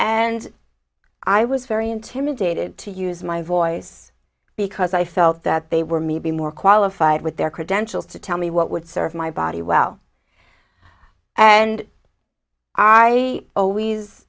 and i was very intimidated to use my voice because i felt that they were maybe more qualified with their credentials to tell me what would serve my body well and i always